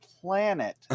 planet